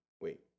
wait